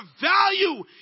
value